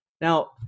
Now